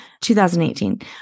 2018